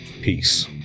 Peace